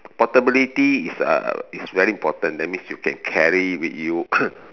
portability is a is very important that means you can carry it with you